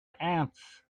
ants